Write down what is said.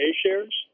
shares